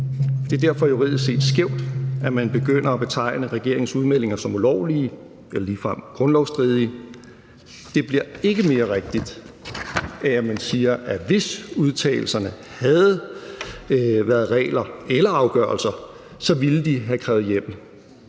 Det er derfor juridisk set skævt, at man begynder at betegne regeringens udmeldinger som ulovlige eller ligefrem grundlovsstridige. Det bliver ikke mere rigtigt af, at man siger, at hvis udtalelserne havde været regler eller afgørelser, ville de have krævet hjemmel.